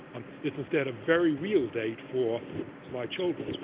um it's instead a very real date for my children.